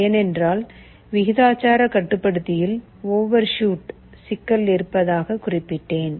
ஏனென்றால் விகிதாசாரக் கட்டுப்படுத்தியில் ஓவர்ஷூட் சிக்கல் இருப்பதாக குறிப்பிட்டேன்